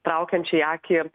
traukiančiai akį